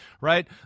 right